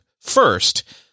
first